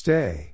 Stay